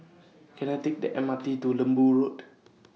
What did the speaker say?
Can I Take The M R T to Lembu Road